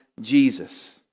Jesus